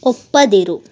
ಒಪ್ಪದಿರು